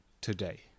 today